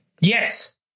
Yes